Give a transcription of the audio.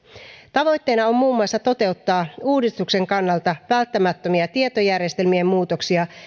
tavoitteena on muun muassa toteuttaa uudistuksen kannalta välttämättömiä tietojärjestelmien muutoksia